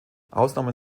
ausnahmen